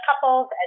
couples